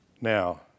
Now